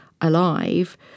alive